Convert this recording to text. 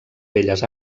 belles